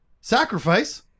Sacrifice